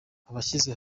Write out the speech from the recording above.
abashyize